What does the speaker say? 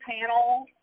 panel